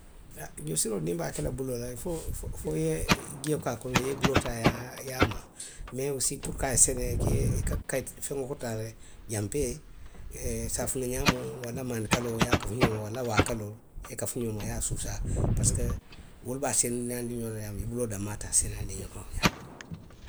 > joosiroo niŋ i be a ke la buloo la ili foo, fo, fo i ye jio ke a kono, i ye i buloo taa i ye a, i ye a maa mee osii puru ko a ye seneyaa i ka i, ika i kayiti, ifenkoo, janpee, saafina ňaamoo walla maani kaloo i ye a kafu ňonma, walla waa kaloo, i ye i kafu ňonma i ye a suusaa parisiko wolu be a seneyaandi noo la ňaamiŋ, buloo danmaa te a seneyaandi noo la wo ňaama